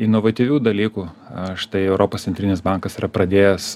inovatyvių dalykų aš tai europos centrinis bankas yra pradėjęs